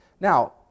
Now